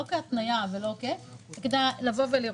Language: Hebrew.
לא כהתנייה אלא כדי לראות.